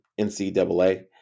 NCAA